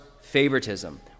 favoritism